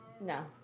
No